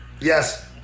Yes